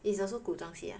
it's also 古装戏 ah